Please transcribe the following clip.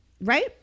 right